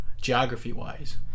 geography-wise